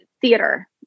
theater